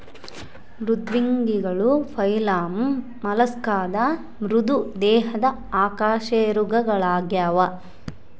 ಮೃದ್ವಂಗಿಗಳು ಫೈಲಮ್ ಮೊಲಸ್ಕಾದ ಮೃದು ದೇಹದ ಅಕಶೇರುಕಗಳಾಗ್ಯವ